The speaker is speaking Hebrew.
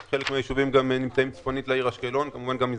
חלק מהיישובים נמצאים גם צפונית לעיר אשקלון וכמובן גם מזרחית.